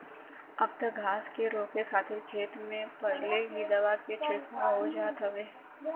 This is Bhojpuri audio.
अब त घास के रोके खातिर खेत में पहिले ही दवाई के छिड़काव हो जात हउवे